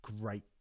great